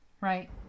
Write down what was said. Right